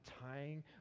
tying